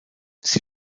sie